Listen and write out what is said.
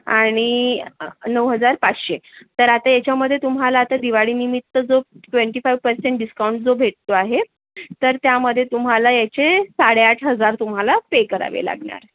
आणि नऊ हजार पाचशे तर आता याच्यामध्ये तुम्हाला आता दिवाळीनिमित्त जो ट्वेंटी फाईव्ह पर्सेंट डिस्काउंट जो भेटतो आहे तर त्यामध्ये तुम्हाला याचे साडे आठ हजार तुम्हाला पे करावे लागणार